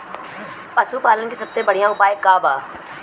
पशु पालन के सबसे बढ़ियां उपाय का बा?